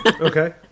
Okay